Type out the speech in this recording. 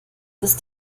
ist